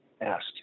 asked